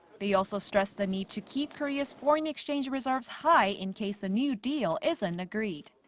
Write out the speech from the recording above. they also stressed the need to keep korea's foreign exchange reserves high in case a new deal isn't agreed.